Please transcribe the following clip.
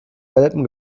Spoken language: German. welpen